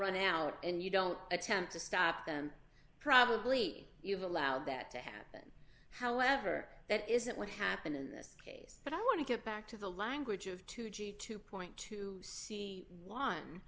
running out and you don't attempt to stop them probably you've allowed that to happen however that isn't what happened in this case but i want to get back to the language of two g two point two